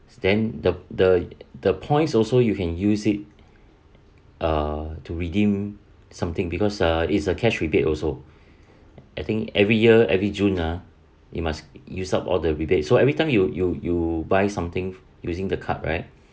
then the the the points also you can use it uh to redeem something because uh is a cash rebate also I think every year every june ah you must use up all the rebate so every time you you you buy something using the card right